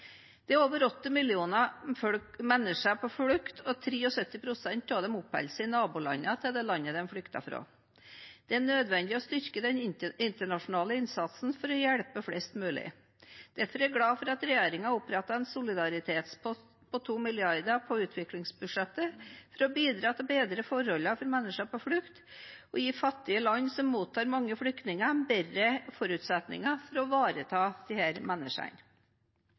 Det er over 80 millioner mennesker på flukt, og 73 pst. av dem oppholder seg i naboland til det landet de flyktet fra. Det er nødvendig å styrke den internasjonale innsatsen for å hjelpe flest mulig. Derfor er jeg glad for at regjeringen har opprettet en solidaritetspott på 2 mrd. kr på utviklingsbudsjettet for å bidra til å bedre forholdene for mennesker på flukt og gi fattige land som mottar mange flyktninger, bedre forutsetninger for å ivareta disse menneskene.